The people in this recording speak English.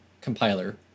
compiler